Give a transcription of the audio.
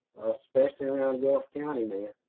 especially around gulf county, man.